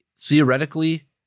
theoretically